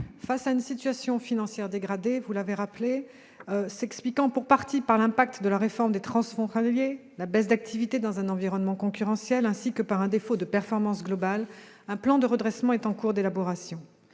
à une situation financière dégradée, s'expliquant pour partie par l'impact de la réforme du régime des transfrontaliers et la baisse d'activité, dans un environnement concurrentiel, ainsi que par un défaut de performance global, un plan de redressement est en cours d'élaboration.